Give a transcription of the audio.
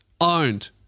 Owned